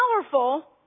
powerful